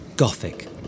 gothic